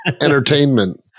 entertainment